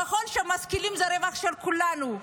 ככל שמשכילים, זה רווח של כולנו.